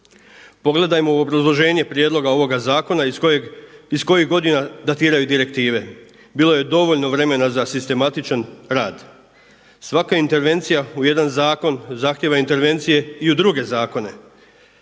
Pogledajmo u obrazloženje prijedloga ovoga zakona iz kojih godina datiraju direktive? Bilo je dovoljno vremena za sistematičan rad. Svaka intervencija u jedan zakon zahtijeva intervencije i u druge zakone,